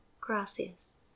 Gracias